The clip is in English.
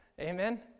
Amen